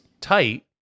tight